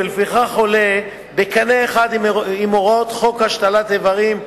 ולפיכך עולה בקנה אחד עם הוראות חוק השתלת אברים,